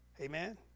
Amen